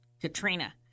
Katrina